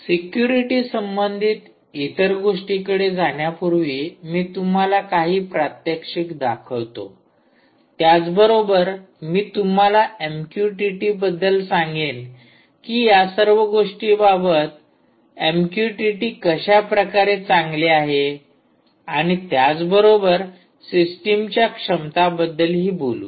security संबंधित इतर गोष्टीकडे जाण्यापूर्वी मी तुम्हाला काही प्रात्यक्षिक दाखवतो त्याचबरोबर मी तुम्हाला एमक्यूटीटी बद्दल सांगेन कि या सर्व गोष्टींबाबत एमक्यूटीटी कशाप्रकारे चांगले आहे आणि त्याबरोबरच या सिस्टीमच्या क्षमता बद्दलही बोलू